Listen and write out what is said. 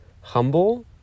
humble